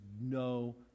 no